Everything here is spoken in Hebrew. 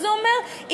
זה אומר